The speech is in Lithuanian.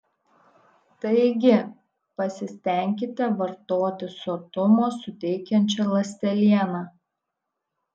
taigi pasistenkite vartoti sotumo suteikiančią ląstelieną